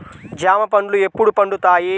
జామ పండ్లు ఎప్పుడు పండుతాయి?